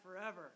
forever